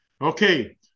Okay